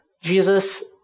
Jesus